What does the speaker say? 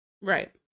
Right